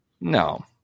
No